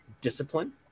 discipline